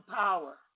power